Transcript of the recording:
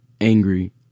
angry